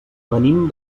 venim